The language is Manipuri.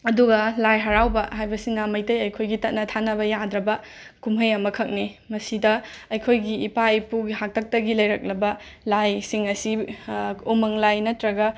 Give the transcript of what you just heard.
ꯑꯗꯨꯒ ꯂꯥꯏ ꯍꯔꯥꯎꯕ ꯍꯥꯏꯕꯁꯤꯅ ꯃꯩꯇꯩ ꯑꯩꯈꯣꯏꯒꯤ ꯇꯠꯅ ꯊꯥꯅꯕ ꯌꯥꯗ꯭ꯔꯕ ꯀꯨꯝꯍꯩ ꯑꯃꯈꯛꯅꯤ ꯃꯁꯤꯗ ꯑꯩꯈꯣꯏꯒꯤ ꯏꯄꯥ ꯏꯄꯨꯒꯤ ꯍꯥꯛꯇꯛꯇꯒꯤ ꯂꯩꯔꯛꯂꯕ ꯂꯥꯏꯁꯤꯡ ꯑꯁꯤ ꯎꯃꯪꯂꯥꯏ ꯅꯠꯇ꯭ꯔꯒ